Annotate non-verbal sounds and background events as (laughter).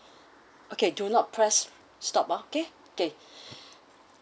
okay do not press stop ah okay okay (breath)